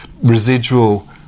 residual